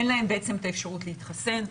אין להם בעצם את האפשרות להתחסן,